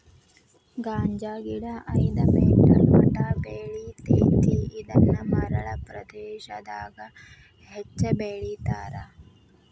ಗಾಂಜಾಗಿಡಾ ಐದ ಮೇಟರ್ ಮಟಾ ಬೆಳಿತೆತಿ ಇದನ್ನ ಮರಳ ಪ್ರದೇಶಾದಗ ಹೆಚ್ಚ ಬೆಳಿತಾರ